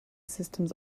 systems